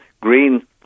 green